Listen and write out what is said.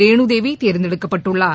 ரேணுதேவி தேர்ந்தெடுக்கப்பட்டுள்ளார்